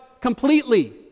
completely